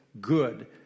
good